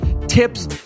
tips